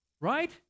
right